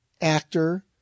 actor